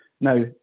Now